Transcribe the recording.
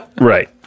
right